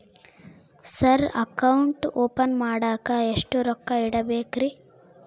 Sir account open ಮಾಡಾಕ ಎಷ್ಟು ರೊಕ್ಕ ಇಡಬೇಕ್ರಿ?